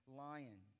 lion